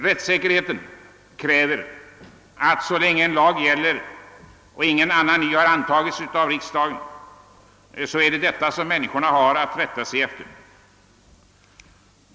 Rättssäkerheten kräver att så länge en lag gäller och ingen annan ny lag har antagits av riksdagen, så är det detta människorna har att rätta sig efter.